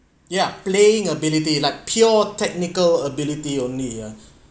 ya playing ability like pure technical ability only ya